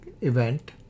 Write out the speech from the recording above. event